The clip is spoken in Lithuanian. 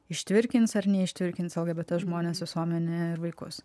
ištvirkins ar neištvirkins lgbt žmonės visuomenę ir vaikus